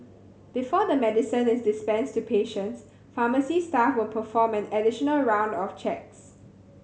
before the medicine is dispensed to patients pharmacy staff will perform an additional round of checks